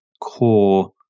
core